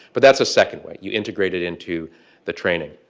but that's a second way. you integrated into the training.